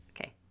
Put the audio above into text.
Okay